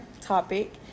topic